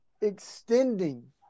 extending